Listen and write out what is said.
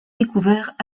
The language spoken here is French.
découverts